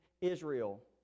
Israel